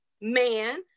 man